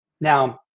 Now